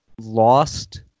Lost